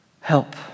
Help